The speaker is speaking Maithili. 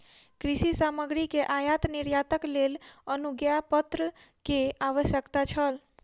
कृषि सामग्री के आयात निर्यातक लेल अनुज्ञापत्र के आवश्यकता छल